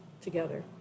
together